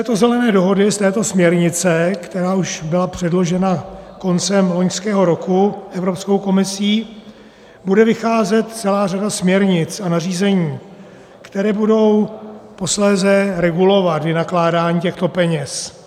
Z této Zelené dohody, z této směrnice, která už byla předložena koncem loňského roku Evropskou komisí, bude vycházet celá řada směrnic a nařízení, které budou posléze regulovat vynakládání těchto peněz.